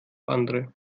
andere